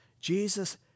Jesus